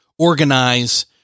organize